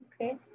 okay